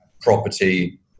property